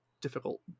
difficult